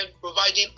providing